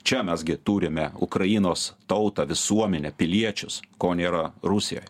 čia mes gi turime ukrainos tautą visuomenę piliečius ko nėra rusijoj